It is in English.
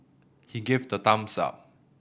he gave the thumbs up